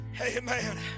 Amen